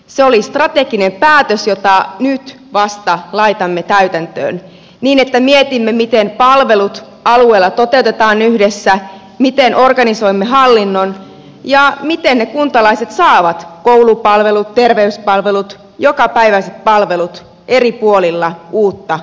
se oli strateginen päätös jota nyt vasta laitamme täytäntöön niin että mietimme miten palvelut alueella toteutetaan yhdessä miten organisoimme hallinnon ja miten kuntalaiset saavat koulupalvelut terveyspalvelut jokapäiväiset palvelut eri puolilla uutta oulua